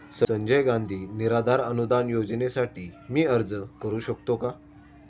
संजय गांधी निराधार अनुदान योजनेसाठी मी अर्ज करू शकतो का?